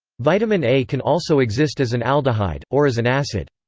vitamin a can also exist as an aldehyde, or as an acid.